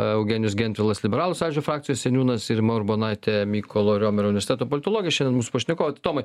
eugenijus gentvilas liberalų sąjūdžio frakcijos seniūnas ir rima urbonaitė mykolo romerio universiteto politologė šiandien mūsų pašneko tomai